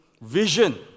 vision